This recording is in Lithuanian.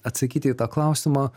atsakyti į tą klausimą